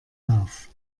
auf